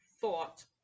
thought